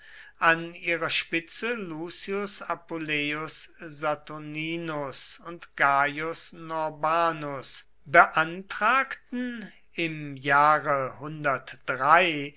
an ihrer spitze lucius appuleius saturninus und gaius norbanus beantragten im jahre